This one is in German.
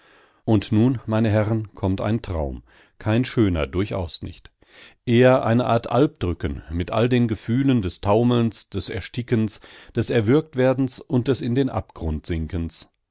und nun meine herren kommt ein traum kein schöner durchaus nicht eher eine art alpdrücken mit all den gefühlen des taumelns des erstickens des erwürgtwerdens und des in den abgrund sinkens und